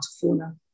Fauna